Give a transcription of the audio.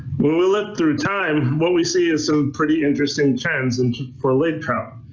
well we looked through time. what we see is so pretty interesting trends and for lake trout.